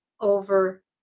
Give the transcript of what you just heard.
over